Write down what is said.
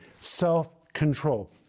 self-control